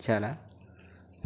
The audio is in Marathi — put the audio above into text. झाला